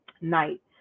night